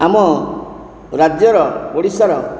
ଆମ ରାଜ୍ୟର ଓଡ଼ିଶାର